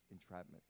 entrapment